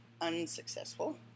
unsuccessful